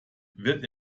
wird